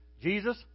Jesus